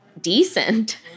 decent